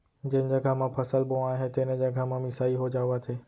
जेन जघा म फसल बोवाए हे तेने जघा म मिसाई हो जावत हे